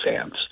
fans